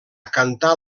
cantar